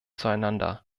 zueinander